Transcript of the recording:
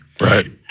Right